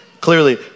Clearly